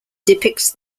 depicts